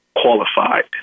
qualified